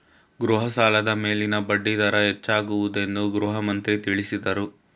ಗೃಹ ಸಾಲದ ಮೇಲಿನ ಬಡ್ಡಿ ದರ ಹೆಚ್ಚಾಗುವುದೆಂದು ಗೃಹಮಂತ್ರಿ ತಿಳಸದ್ರು